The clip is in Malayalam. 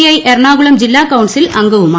ഐ എറണാകുളം ജില്ലാ കൌൺസിൽ അംഗവുമാണ്